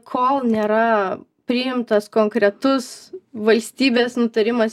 kol nėra priimtas konkretus valstybės nutarimas